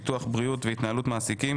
ביטוח בריאות והתנהלות מעסיקים.